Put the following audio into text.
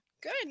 good